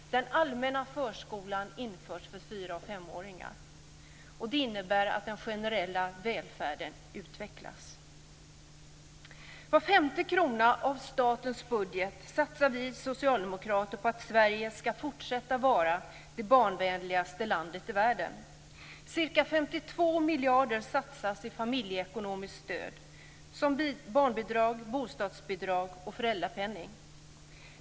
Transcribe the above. Den allmänna förskolan införs för fyra och femåringar. Det innebär att den generella välfärden utvecklas. Var femte krona av statens budget satsar vi socialdemokrater på att Sverige ska fortsätta att vara det barnvänligaste landet i världen. Ca 52 miljarder kronor satsas i familjeekonomiskt stöd, såsom barnbidrag, bostadsbidrag och föräldrapenning.